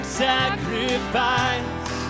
sacrifice